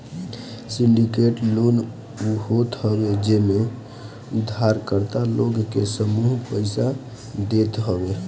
syndicated loan उ होत हवे जेमे उधारकर्ता लोग के समूह पईसा देत हवे